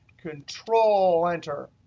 control-enter,